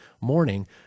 morning